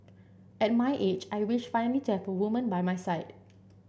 at my age I wish finally to have a woman by my side